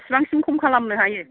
बेसेबांसिम खम खालामनो हायो